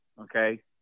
Okay